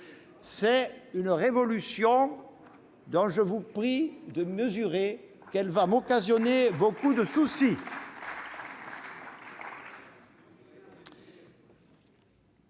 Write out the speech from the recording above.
C'est une révolution dont je vous prie de mesurer qu'elle va me causer beaucoup de soucis